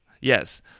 Yes